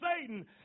Satan